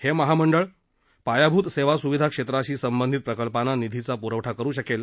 हे महामंडळ पायाभूत सेवा सुविधा क्षेत्राशी संबंधित प्रकल्पांना निधीचा पुरवठा करू शकेल